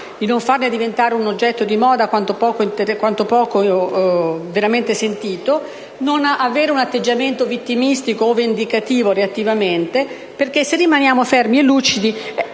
di non farne un oggetto di moda quanto poco veramente sentito, di non avere un atteggiamento vittimistico o vendicativo, perché se rimaniamo fermi e lucidi